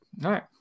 right